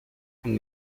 und